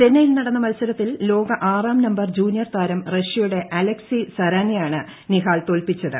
ചെന്നൈയിൽ നടന്ന മത്സരത്തിൽ ലോക ആറാം നമ്പർ ജൂനിയർ താരം റഷ്യയുടെ അലക്സി സരാനയെയാണ് നിഹാൽ തോൽപ്പിച്ചത്